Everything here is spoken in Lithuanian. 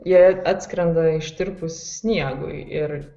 jei atskrenda ištirpus sniegui ir